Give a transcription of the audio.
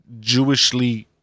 Jewishly